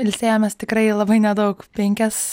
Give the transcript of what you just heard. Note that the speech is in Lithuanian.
ilsėjomės tikrai labai nedaug penkias